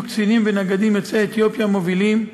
קצינים ונגדים יוצאי אתיופיה מובילים,